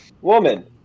woman